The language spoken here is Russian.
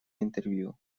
интервью